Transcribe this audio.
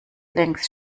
links